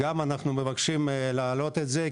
גם אנחנו מבקשים לעלות הסיוע בשכר הדירה,